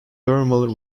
thermal